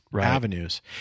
avenues